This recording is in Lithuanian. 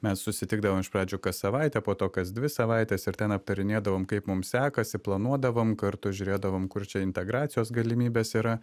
mes susitikdavom iš pradžių kas savaitę po to kas dvi savaites ir ten aptarinėdavom kaip mum sekasi planuodavom kartu žiūrėdavom kur čia integracijos galimybės yra